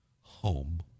home